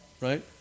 Right